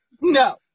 No